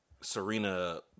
serena